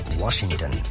Washington